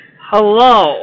Hello